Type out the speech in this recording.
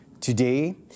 Today